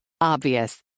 Obvious